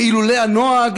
ואילולא הנוהג,